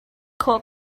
khawh